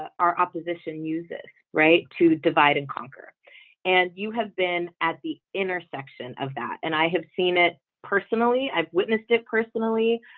our opposition uses right to divide and conquer and you have been at the intersection of that and i have seen it personally i've witnessed it personally.